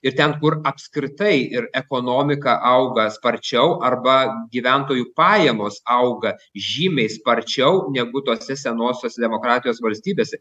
ir ten kur apskritai ir ekonomika auga sparčiau arba gyventojų pajamos auga žymiai sparčiau negu tose senosios demokratijos valstybėse